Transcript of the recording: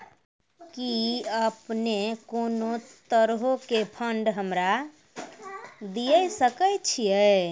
कि अपने कोनो तरहो के फंड हमरा दिये सकै छिये?